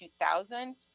2000